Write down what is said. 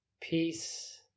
Peace